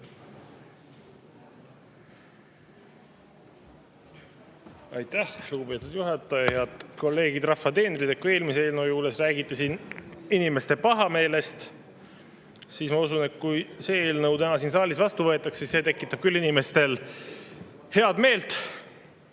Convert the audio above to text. Aitäh, lugupeetud juhataja! Head kolleegid, rahva teenrid! Eelmise eelnõu juures räägiti inimeste pahameelest, aga ma usun, et kui see eelnõu täna siin saalis vastu võetakse, siis see tekitab küll inimestele head meelt.